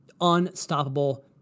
unstoppable